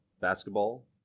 basketball